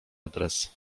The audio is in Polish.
adres